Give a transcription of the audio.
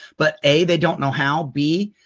but a, they don't know how. b,